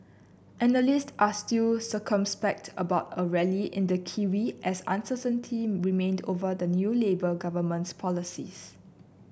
analysts are still circumspect about a rally in the kiwi as uncertainty remained over the new Labour government's policies